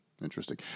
Interesting